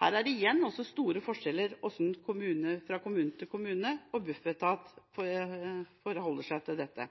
Her er det store forskjeller fra kommune til kommune når det gjelder hvordan Bufetat forholder seg til dette.